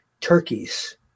turkeys